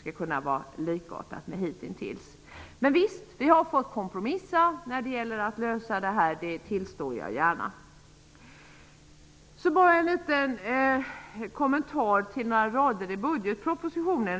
skall kunna vara likartat som hitintills. Visst har vi fått kompromissa för att lösa detta. Det tillstår jag gärna. Jag vill göra en liten kommentar till några rader i budgetpropositionen.